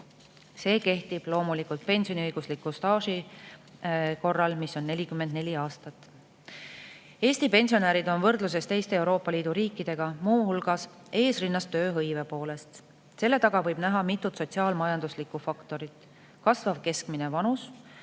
See kehtib loomulikult pensioniõigusliku staaži korral, mis on 44 aastat. Eesti pensionärid on võrdluses teiste Euroopa Liidu riikide [pensionäridega] esirinnas muu hulgas tööhõives. Selle taga võib näha mitut sotsiaal-majanduslikku faktorit: kasvav keskmine vanus,